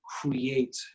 create